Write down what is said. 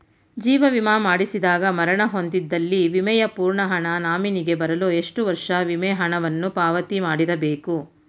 ಜೀವ ವಿಮಾ ಮಾಡಿಸಿದಾಗ ಮರಣ ಹೊಂದಿದ್ದಲ್ಲಿ ವಿಮೆಯ ಪೂರ್ಣ ಹಣ ನಾಮಿನಿಗೆ ಬರಲು ಎಷ್ಟು ವರ್ಷ ವಿಮೆ ಹಣವನ್ನು ಪಾವತಿ ಮಾಡಿರಬೇಕು?